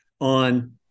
on